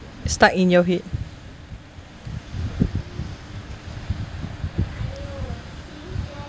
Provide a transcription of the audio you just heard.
stuck in your head